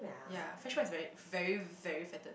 ya fresh milk is very very very fatted